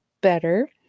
better